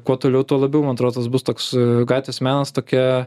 kuo toliau tuo labiau man atrodo tas bus toks gatvės menas tokia